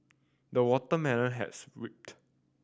the watermelon has ripped